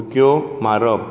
उडक्यो मारप